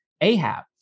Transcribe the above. Ahab